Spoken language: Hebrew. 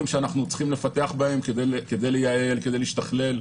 שאנחנו צריכים לפתח בה כדי לייעל וכדי להשתכלל.